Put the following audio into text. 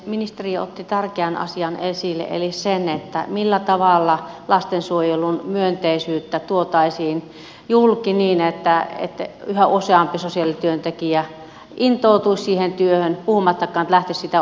ministeri otti tärkeän asian esille eli sen millä tavalla lastensuojelun myönteisyyttä tuotaisiin julki niin että yhä useampi sosiaalityöntekijä intoutuisi siihen työhön puhumattakaan että lähtisi sitä opiskelemaan